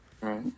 Right